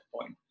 point